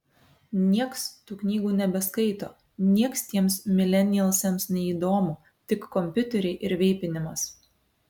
nieks tų knygų nebeskaito nieks tiems milenialsams neįdomu tik kompiuteriai ir veipinimas